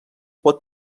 pot